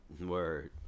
Word